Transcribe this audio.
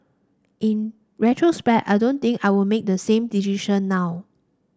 in retrospect I don't think I would make the same decision now